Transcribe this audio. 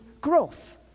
growth